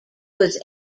was